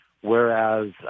whereas